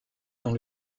dans